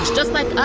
just like